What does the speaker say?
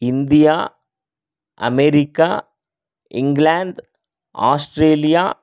India America England Australia